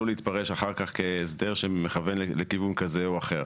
להתפרש אחר כך כהסדר שמכוון לכיוון כזה או אחר.